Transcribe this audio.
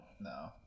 no